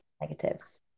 negatives